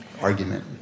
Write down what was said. argument